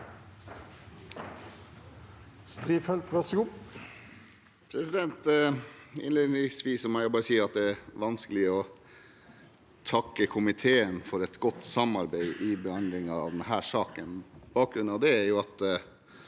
Innlednings- vis må jeg bare si at det er vanskelig å takke komiteen for et godt samarbeid i behandlingen av denne saken. Bakgrunnen for det er at